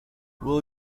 will